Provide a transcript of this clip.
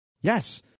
Yes